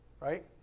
right